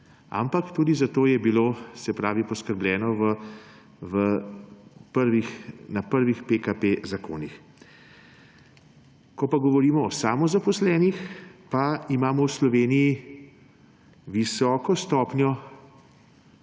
Ampak tudi za to je bilo, se pravi, poskrbljeno na prvih PKP zakonih. Ko pa govorimo o samozaposlenih, pa imamo v Sloveniji visoko stopnjo